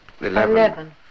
eleven